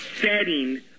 setting